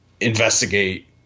investigate